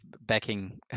backing